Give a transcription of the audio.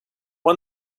won